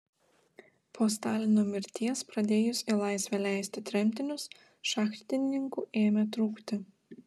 po stalino mirties pradėjus į laisvę leisti tremtinius šachtininkų ėmė trūkti